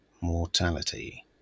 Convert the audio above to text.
Mortality